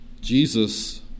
Jesus